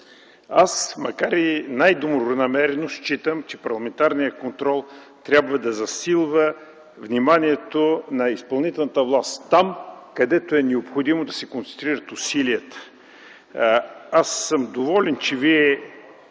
Аз, макар и най-добронамерено смятам, че парламентарният контрол трябва да засилва вниманието на изпълнителната власт там, където е необходимо да се концентрират усилията. Аз съм доволен, че Вие